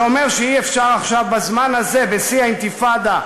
שאומר שאי-אפשר עכשיו, בזמן הזה, בשיא האינתיפאדה,